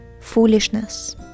foolishness